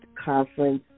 conference